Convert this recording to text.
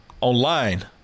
online